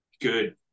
good